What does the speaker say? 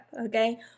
okay